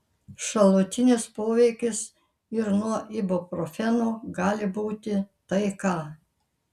šalutinis poveikis ir nuo ibuprofeno gali būti tai ką